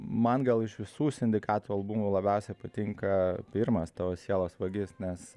man gal iš visų sindikato albumų labiausiai patinka pirmas tavo sielos vagis nes